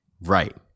right